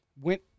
Went